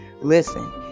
Listen